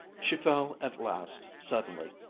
she fell at last, suddenly,